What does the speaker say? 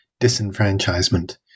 disenfranchisement